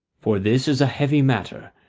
for this is a heavy matter,